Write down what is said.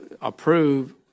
approve